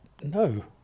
no